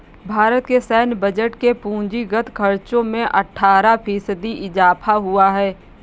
भारत के सैन्य बजट के पूंजीगत खर्चो में अट्ठारह फ़ीसदी इज़ाफ़ा हुआ है